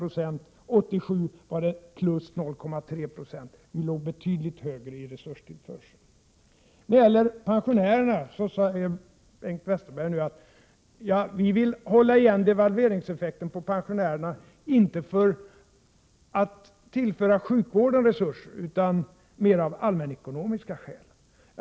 År 1987 var siffran plus 0,3 96. Vi låg alltså betydligt högre när det gäller resurstillförsel. När det gäller pensionärerna sade Bengt Westerberg att folkpartiet vill hålla igen devalveringseffekten, inte beroende på att man vill tillföra sjukvården resurser, utan mera av allmänekonomiska skäl.